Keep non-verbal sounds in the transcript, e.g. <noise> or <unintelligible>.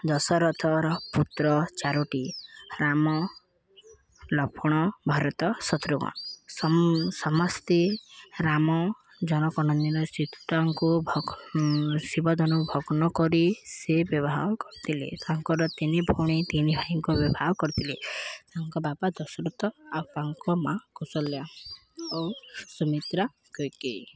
ଦଶରଥର ପୁତ୍ର ଚାରୋଟି ରାମ ଲକ୍ଷ୍ଣଣ ଭରତ ଶତ୍ରୁଘ୍ନ ସମସ୍ତେ ରାମ ଜନକ <unintelligible> ସୀତାଙ୍କୁ ଶିବଧନୁ ଭଗ୍ନ କରି ସେ ବିବାହ କରିଥିଲେ ତାଙ୍କର ତିନି ଭଉଣୀ ତିନି ଭାଇଙ୍କ ବିବାହ କରିଥିଲେ ତାଙ୍କ ବାପା ଦଶରଥ ଆଉ ମାଆ କୌଶଲ୍ୟା ଓ ସୁମିତ୍ରା କକେଇ